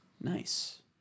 Nice